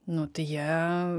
nuo tai jie